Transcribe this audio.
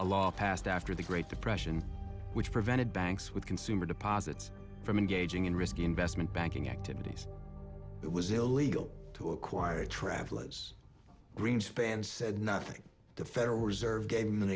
a law passed after the great depression which prevented banks with consumer deposits from engaging in risky investment banking activities it was illegal to acquire travelers greenspan said nothing the federal reserve ga